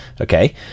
okay